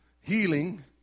Healing